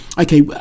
okay